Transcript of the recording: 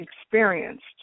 experienced